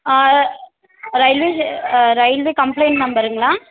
ஆ railway ஸ்டே ஆ railway complaint நம்பருங்களா